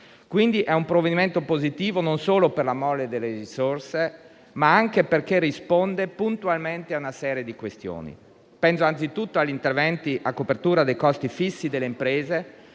quindi, di un provvedimento positivo, non solo per la mole delle risorse, ma anche perché risponde puntualmente a una serie di questioni. Penso anzitutto agli interventi a copertura dei costi fissi delle imprese,